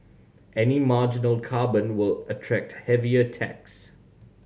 any marginal carbon will attract heavier tax